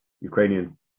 Ukrainian